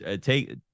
take